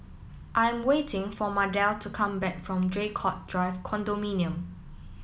I'm waiting for Mardell to come back from Draycott Drive Condominium